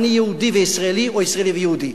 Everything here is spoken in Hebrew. אני יהודי וישראלי או ישראלי ויהודי,